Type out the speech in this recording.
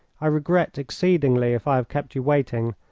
i regret exceedingly if i have kept you waiting,